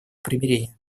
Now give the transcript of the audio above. примирения